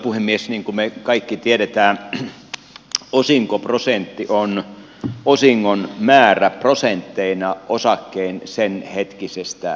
niin kuin me kaikki tiedämme osinkoprosentti on osingon määrä prosentteina osakkeen senhetkisestä hinnasta